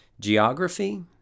Geography